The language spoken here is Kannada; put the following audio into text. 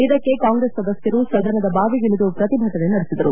ಇದಕ್ಕೆ ಕಾಂಗ್ರೆಸ್ ಸದಸ್ಯರು ಸದನದ ಬಾವಿಗಿಳಿದು ಪ್ರತಿಭಟನೆ ನಡೆಸಿದರು